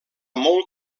molt